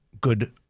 good